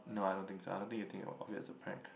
no I don't think so I don't think you think of it as a prank